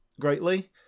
greatly